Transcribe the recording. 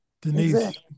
Denise